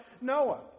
Noah